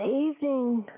evening